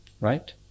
right